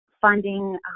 funding